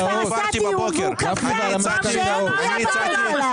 הוא כבר עשה דיון והוא קבע שאין פגיעה בכלכלה.